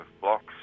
blocks